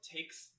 takes